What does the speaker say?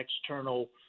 external